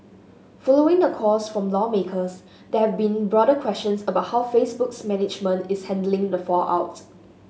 following the calls from lawmakers there have been broader questions about how Facebook's management is handling the fallout